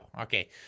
Okay